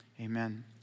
Amen